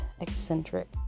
eccentric